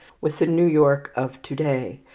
with the new york of to-day,